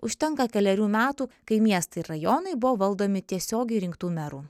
užtenka kelerių metų kai miestai ir rajonai buvo valdomi tiesiogiai rinktų merų